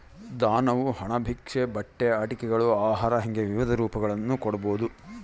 ದಾನವು ಹಣ ಭಿಕ್ಷೆ ಬಟ್ಟೆ ಆಟಿಕೆಗಳು ಆಹಾರ ಹಿಂಗೆ ವಿವಿಧ ರೂಪಗಳನ್ನು ಕೊಡ್ಬೋದು